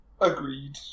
Agreed